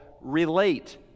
relate